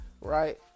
right